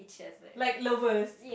like lovers